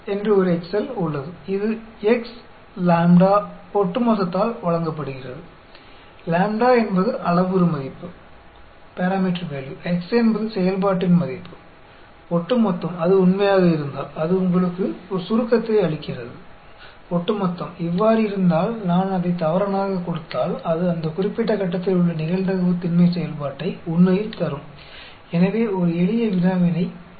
एक excel EXPONDIST है जो x लैम्ब्डा क्युमुलेटिव द्वारा दिया जाता है लैम्ब्डा पैरामीटर वैल्यू है x फ़ंक्शन का वैल्यू है क्युमुलेटिव अगर यह सही है तो यह आपको एक सुम्मेशन देता है क्युमुलेटिव यदि यह है अगर मैं इसे झूठ के रूप में देती हूं तो यह वास्तव में उस विशेष पॉइंट पर प्रोबेबिलिटी डेंसिटी फ़ंक्शन को वापस कर देगा